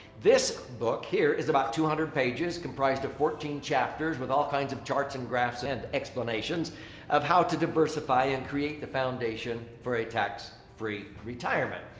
this book here is about two hundred pages comprised of fourteen chapters with all kinds of charts and graphs and explanations of how to diversify and create the foundation for a tax-free retirement.